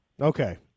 Okay